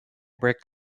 brick